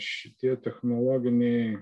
šitie technologiniai